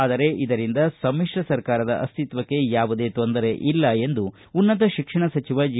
ಆದರೆ ಇದರಿಂದ ಸಮಿಶ್ರ ಸರ್ಕಾರದ ಅಸ್ತಿತ್ವಕ್ಕೆ ಯಾವುದೇ ತೊಂದರೆ ಇಲ್ಲ ಎಂದು ಉನ್ನತ ಶಿಕ್ಷಣ ಸಚಿವ ಜಿ